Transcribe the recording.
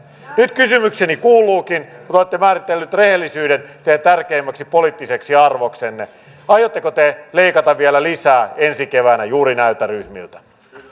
nyt kysymykseni kuuluukin kun te olette määritellyt rehellisyyden teidän tärkeimmäksi poliittiseksi arvoksenne aiotteko te leikata vielä lisää ensi keväänä juuri näiltä ryhmiltä